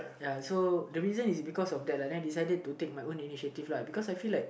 ya so the reason is because of that lah then I decided to take my own initiative lah because I feel like